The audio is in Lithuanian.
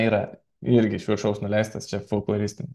yra irgi iš viršaus nuleistas čia folkloristinis